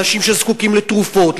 אנשים שזקוקים לתרופות,